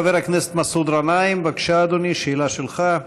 חבר הכנסת מסעוד גנאים, בבקשה, אדוני, שאלה שלך.